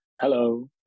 Hello